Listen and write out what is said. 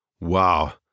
Wow